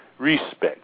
Respect